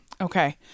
Okay